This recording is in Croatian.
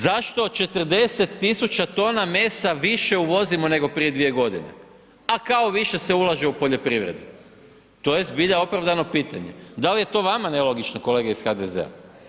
Zašto 40 000 tona mesa više uvozimo, nego prije dvije godine, a kao više se ulaže u poljoprivredu, to je zbilja opravdano pitanje, da li je to vama nelogično kolege iz HDZ-a?